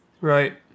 Right